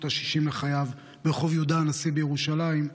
ה-60 לחייו ברחוב יהודה הנשיא בירושלים,